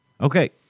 Okay